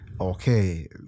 Okay